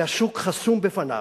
והשוק חסום בפניו,